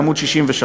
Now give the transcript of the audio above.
בעמוד 63,